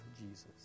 Jesus